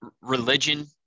religion